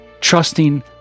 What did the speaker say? trusting